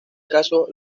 caso